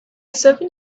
seven